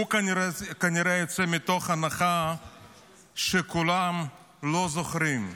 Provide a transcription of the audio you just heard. כנראה שהוא יוצא מתוך הנחה שכולם לא זוכרים.